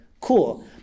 cool